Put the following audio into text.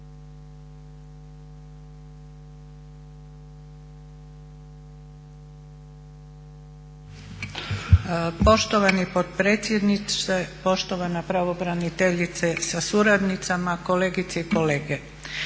Poštovani potpredsjedniče, poštovana pravobraniteljice sa suradnicama, kolegice i kolege.